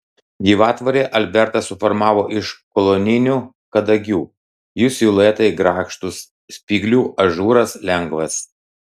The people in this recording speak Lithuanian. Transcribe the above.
gyvatvorę albertas suformavo iš koloninių kadagių jų siluetai grakštūs spyglių ažūras lengvas